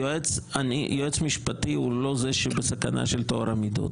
יועץ משפטי הוא לא זה שבסכנה של טוהר המידות.